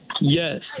Yes